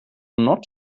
not